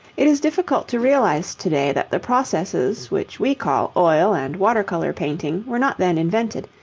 it is difficult to realize to-day that the processes which we call oil and water-colour painting were not then invented,